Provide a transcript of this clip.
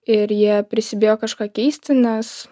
ir jie prisibijo kažką keisti nes